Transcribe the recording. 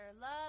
love